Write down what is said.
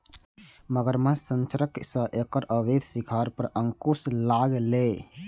मगरमच्छ संरक्षणक सं एकर अवैध शिकार पर अंकुश लागलैए